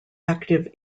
active